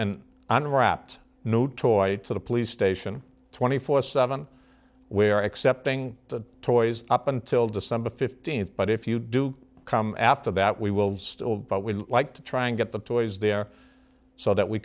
and unwrapped no toys to the police station twenty four seven where accepting the toys up until december fifteenth but if you do come after that we will still but when like to try and get the toys there so that we